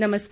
नमस्कार